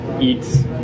eats